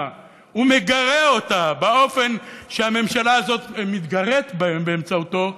ומגרה אותה באופן שהממשלה הזאת מתגרה בה באמצעותו,